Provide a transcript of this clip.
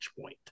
point